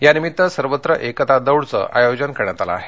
यानिमित सर्वत्र एकता दौडचं आयोजन करण्यात आलं आहे